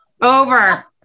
Over